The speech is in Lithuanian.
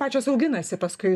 pačios auginasi paskui